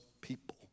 people